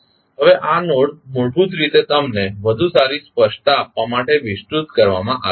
હવે આ નોડ મૂળભૂત રીતે તમને વધુ સારી સ્પષ્ટતા આપવા માટે વિસ્તૃત કરવામાં આવ્યો છે